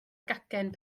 gacen